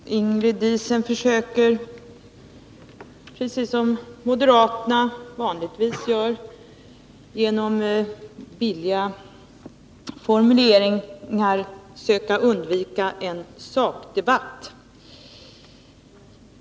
Herr talman! Ingrid Diesen försöker, precis som moderaterna vanligtvis gör, genom billiga formuleringar undvika en sakdebatt.